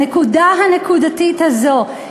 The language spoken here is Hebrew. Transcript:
הנקודה הנקודתית הזאת,